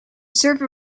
server